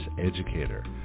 educator